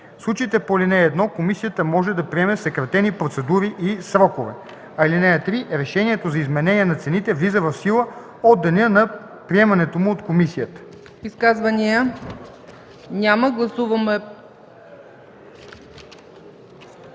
случаите по ал. 1 комисията може да приеме съкратени процедури и срокове. (3) Решението за изменение на цените влиза в сила от деня на приемането му от комисията.”